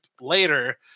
later